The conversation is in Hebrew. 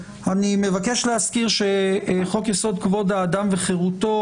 אני מבקש להזכיר שחוק יסוד: כבוד האדם וחירותו,